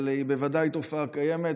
אבל היא בוודאי תופעה קיימת,